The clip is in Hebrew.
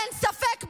אין ספק בכלל,